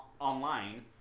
online